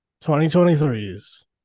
2023's